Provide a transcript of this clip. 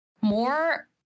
more